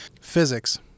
physics